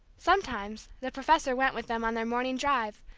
sometimes the professor went with them on their morning drive,